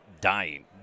dying